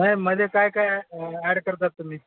नाही मध्ये काय काय ॲड करतात तुम्ही